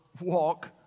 walk